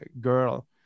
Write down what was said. girl